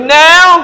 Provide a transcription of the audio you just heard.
now